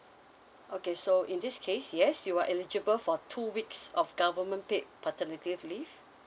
okay so in this case yes you were eligible for two weeks of government paid paternity leave